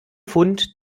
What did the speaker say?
fund